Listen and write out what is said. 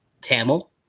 tamil